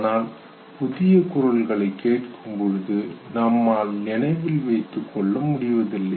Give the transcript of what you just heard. ஆனால் புதிய குரல்களைக் கேட்கும் பொழுது நம்மால் நினைவில் வைத்துக்கொள்ள முடிவதில்லை